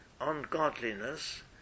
ungodliness